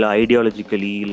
ideologically